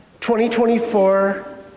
2024